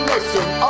Listen